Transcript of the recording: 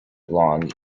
long